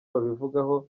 babivugaho